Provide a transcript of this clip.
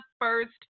first